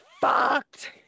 fucked